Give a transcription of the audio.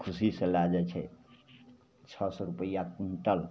खुशीसे लै जाए छै छओ सओ रुपैआ क्विण्टल